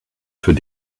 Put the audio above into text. für